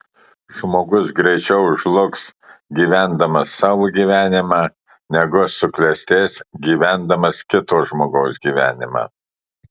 žmogus greičiau žlugs gyvendamas savo gyvenimą negu suklestės gyvendamas kito žmogaus gyvenimą